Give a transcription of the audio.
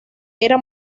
era